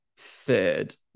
third